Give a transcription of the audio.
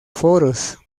foros